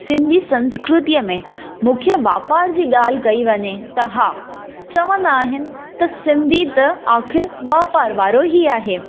सिंधी संस्कृतिअ में मुख्य वापार जी ॻाल्हि कई वञे त हा चवंदा आहिनि त सिंधी त आखिर वापार वारो ई आहे